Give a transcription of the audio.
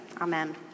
Amen